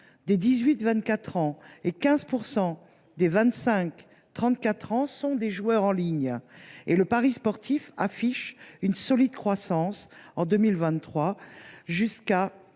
des 18 24 ans et 15 % des 25 34 ans sont des joueurs en ligne, et le pari sportif affiche une solide croissance en 2023, jusqu’à